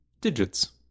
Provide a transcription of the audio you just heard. Digits